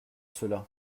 cela